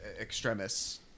extremists